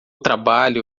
trabalho